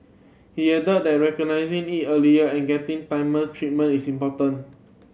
he added that recognising it early and getting timer treatment is important